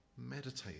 Meditate